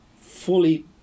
fully